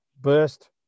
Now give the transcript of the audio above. burst